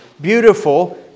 beautiful